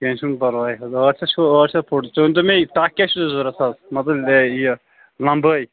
کیٚنٛہہ چھُنہٕ پرواے حظ أٹھ شتھ چھُوا ٲٹھ شتھ فُٹ تُہۍ ؤنۍ تَو مےٚ تَتھ کیٛاہ چھُو ضرَوٗرت حظ مطلب لےَ یہِ لمبٲے